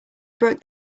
broke